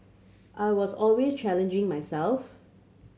I was always challenging myself